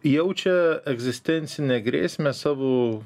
jaučia egzistencinę grėsmę savo